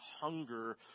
hunger